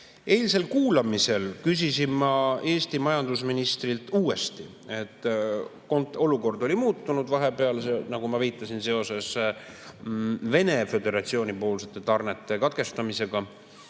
Eilsel kuulamisel küsisin ma Eesti majandusministrilt uuesti – kuna olukord oli vahepeal muutunud, nagu ma viitasin, seoses Vene föderatsiooni tarnete katkestamisega